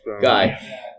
Guy